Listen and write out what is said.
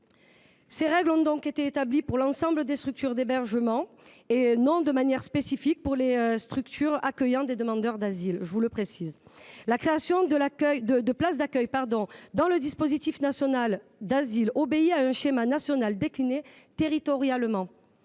Ces règles ont donc été établies pour l’ensemble des structures d’hébergement, et non de manière spécifique pour les structures accueillant des demandeurs d’asile. La création de places d’accueil dans le dispositif national d’asile obéit à un schéma national décliné territorialement.